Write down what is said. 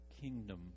kingdom